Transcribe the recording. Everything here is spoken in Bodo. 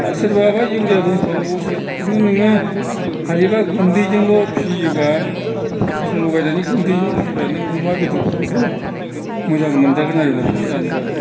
सोरबाबा इउरियाबो होफाबावोसो खिन्थु नोङो हायोब्ला गुन्दैजोंल' फियोब्ला अफ्रिखास्ला लगायनानै गुन्दैजोंल फियोब्ला अमा बेदफोरखौबो मोजां मोनजागोन आरो न'फ्राव जानोब्लाबो